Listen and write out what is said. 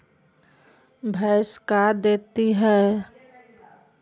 भैंस का देती है?